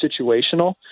situational